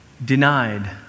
Denied